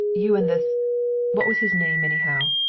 you and this what was his name, anyhow?